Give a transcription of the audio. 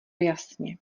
jasně